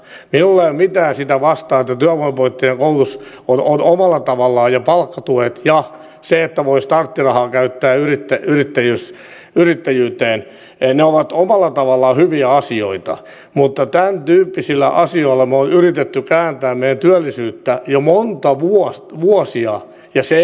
minulla ei ole mitään sitä vastaan työvoimapoliittinen koulutus ja palkkatuet ja se että voi starttirahaa käyttää niitä joten jos yrittäjyyttä ei yrittäjyyteen ovat omalla tavallaan hyviä asioita mutta tämäntyyppisillä asioilla me olemme yrittäneet kääntää meidän työllisyyttämme jo vuosia ja se ei ole kääntynyt